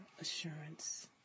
assurance